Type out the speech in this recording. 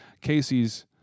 Casey's